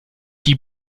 die